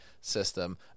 system